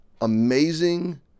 amazing